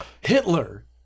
Hitler